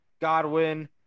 Godwin